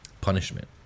punishment